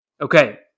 Okay